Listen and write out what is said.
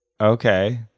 Okay